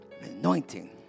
anointing